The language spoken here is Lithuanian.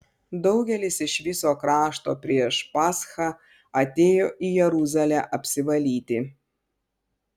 daugelis iš viso krašto prieš paschą atėjo į jeruzalę apsivalyti